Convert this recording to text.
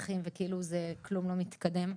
נכון,